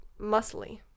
muscly